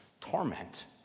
torment